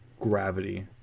Gravity